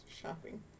shopping